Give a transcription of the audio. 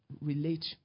relate